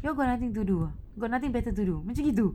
you all got nothing to do ah got nothing better to do macam gitu